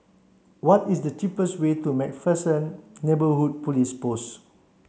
what is the cheapest way to MacPherson Neighbourhood Police Post